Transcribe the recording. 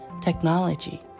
technology